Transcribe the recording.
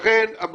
לכן,